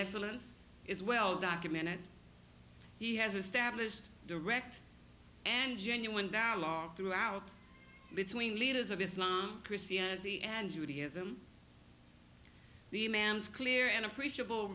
excellence is well documented he has established direct and genuine dialogue throughout between leaders of islam christianity and judaism the man is clear an appreciable